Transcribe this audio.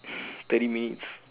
thirty minutes